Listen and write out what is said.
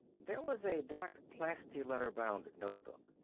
there was a black plastileather-bound notebook.